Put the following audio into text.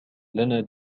لنا